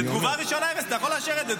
זו תגובה ראשונה, ארז, אתה יכול לאשר את זה.